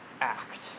act